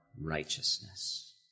righteousness